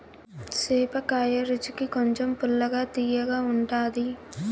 సేపకాయ రుచికి కొంచెం పుల్లగా, తియ్యగా ఉంటాది